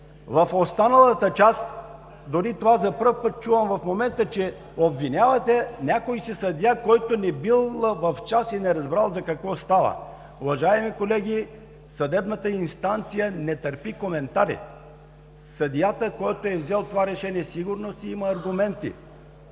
В останалата част, дори в момента за първи път чувам, че обвинявате някой си съдия, който не бил в час и не разбрал какво става. Уважаеми колеги, съдебната инстанция не търпи коментари. Съдията, който е взел това решение, сигурно си има аргументи.